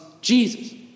Jesus